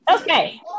Okay